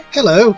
Hello